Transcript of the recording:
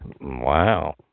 Wow